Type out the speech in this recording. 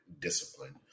discipline